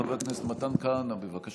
חבר הכנסת מתן כהנא, בבקשה.